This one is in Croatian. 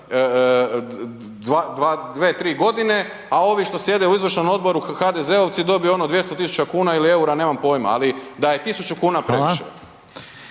2,3 godine, a ovi što sjede u izvršnom odboru HDZ-ovci dobiju ono 200.000 kuna ili EUR-a nemam poima, ali da je 1.000 kuna previše